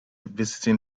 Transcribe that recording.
visiting